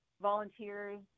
volunteers